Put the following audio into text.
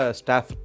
staff